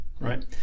right